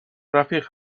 رفیق